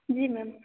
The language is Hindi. जी मैम